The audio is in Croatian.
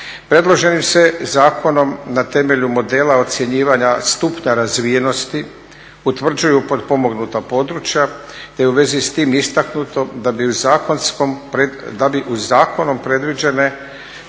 Predloženim se zakonom na temelju modela ocjenjivanja stupnja razvijenosti utvrđuju potpomognuta područja, te je u vezi s tim istaknuto da bi u zakonom predviđene